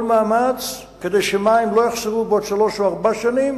כל מאמץ כדי שמים לא יחסרו בעוד שלוש או ארבע שנים,